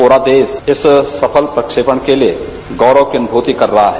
पूरा देश इस सफल प्रसेपण के लिये गौरव की अन्यूति कर रहा है